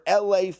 LA